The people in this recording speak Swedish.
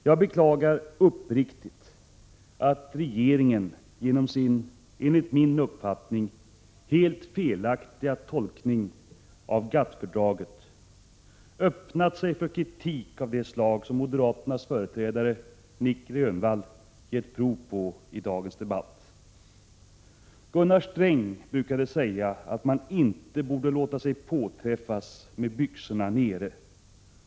Jag beklagar uppriktigt att regeringen genom sin, enligt min uppfattning, helt felaktiga tolkning av GATT-fördraget öppnat sig för kritik av det slag som moderaternas företrädare Nic Grönvall gett prov på i dagens debatt. Gunnar Sträng brukade säga att man inte borde låta sig påträffas med byxorna nere.